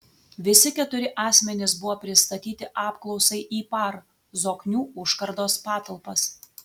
visi keturi asmenys buvo pristatyti apklausai į par zoknių užkardos patalpas